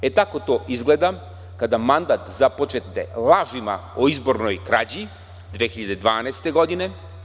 Tako to izgleda kada mandat započnete lažima o izbornoj krađi 2012. godine.